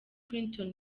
clinton